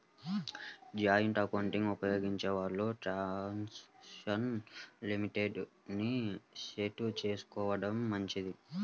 joint ఎకౌంట్లను ఉపయోగించే వాళ్ళు ట్రాన్సాక్షన్ లిమిట్ ని సెట్ చేసుకోడం మంచిది